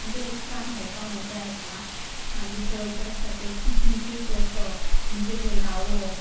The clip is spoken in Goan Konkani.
म्हणजे उदकान खेळपा मजा येता मागीर थंय जें आसा तें पिकनिकेक वचप म्हणजे थंय रावप